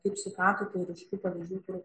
kaip supratote ir iš tų pavyzdžių kur